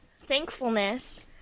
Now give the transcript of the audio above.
thankfulness